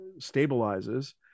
stabilizes